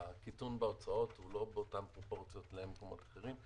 הקיטון בהוצאות הוא לא באותן פרופורציות למקומות אחרים.